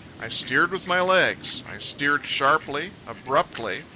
i steered with my legs, i steered sharply, abruptly,